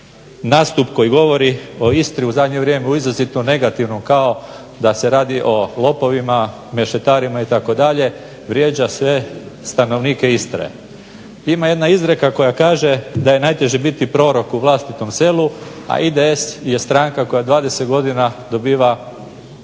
nastup koji govori o Istri u zadnje vrijeme u izrazito negativnom kao da se radi o lopovima, mešetarima itd. vrijeđa sve stanovnike Istre. Ima jedna izreka koja kaže da je najteže biti prorok u vlastitom selu, a IDS je stranka koja 20 godina dobiva